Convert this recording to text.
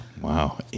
Wow